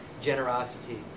generosity